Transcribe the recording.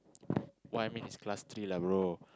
what I mean is class three lah bro